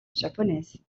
japonaise